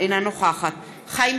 אינה נוכחת חיים